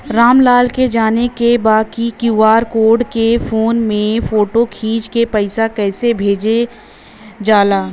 राम लाल के जाने के बा की क्यू.आर कोड के फोन में फोटो खींच के पैसा कैसे भेजे जाला?